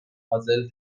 پازل